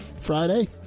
Friday